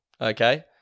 okay